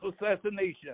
assassination